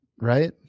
right